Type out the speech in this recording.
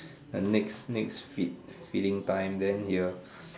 the next next feed feeding time then he'll